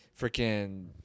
freaking